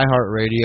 iHeartRadio